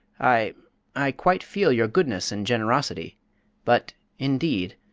i i quite feel your goodness and generosity but, indeed,